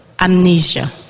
amnesia